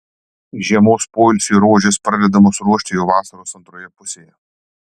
žiemos poilsiui rožės pradedamos ruošti jau vasaros antroje pusėje